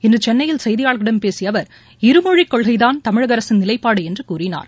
இன்றுசென்னயில் செய்தியாளர்களிடம் பேசியஅவர் இருமொழிக் கொள்கைதான் தமிழகஅரசின் நிலைப்பாடுஎன்றுகூறினார்